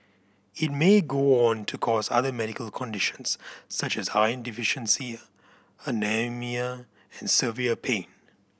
it may go on to cause other medical conditions such as iron deficiency anaemia and severe pain